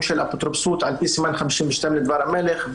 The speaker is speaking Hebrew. של אפוטרופסות על פי סימן 52 לדבר המלך,